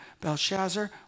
Belshazzar